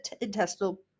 intestinal